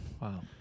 Wow